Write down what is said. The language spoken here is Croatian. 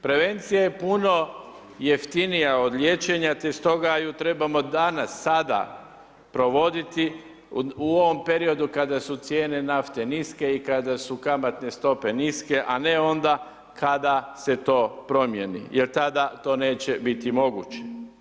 Prevencija je puno jeftinija od liječenje te stoga ju trebamo danas, sada, provoditi u ovom periodu kada su cijene nafte niske i kada su kamatne stope niska, a ne onda kada se to promijeni, jer tada to neće biti moguće.